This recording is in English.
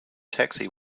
taxi